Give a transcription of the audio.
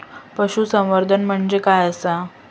पशुसंवर्धन म्हणजे काय आसा?